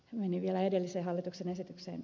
meni vielä edellisen rikosten tutkinnan